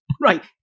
right